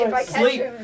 Sleep